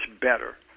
better